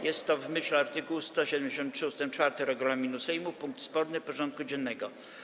Jest to w myśl art. 173 ust. 4 regulaminu Sejmu punkt sporny porządku dziennego.